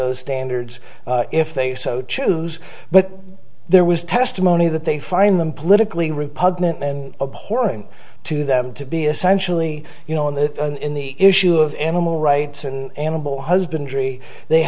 those standards if they so choose but there was testimony that they find them politically repugnant and abhorring to them to be essentially you know in the in the issue of animal rights and animal husbandry they